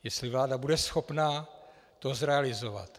Jestli vláda bude schopná to zrealizovat.